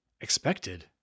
Expected